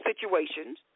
situations